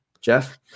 Jeff